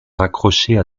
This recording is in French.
raccrocher